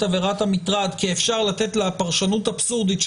עבירת המטרד כי אפשר לתת לה פרשנות אבסורדית,